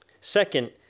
Second